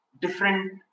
different